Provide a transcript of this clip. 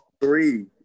three